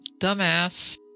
Dumbass